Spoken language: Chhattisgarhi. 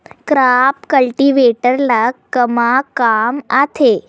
क्रॉप कल्टीवेटर ला कमा काम आथे?